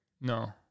no